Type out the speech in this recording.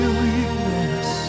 weakness